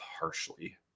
harshly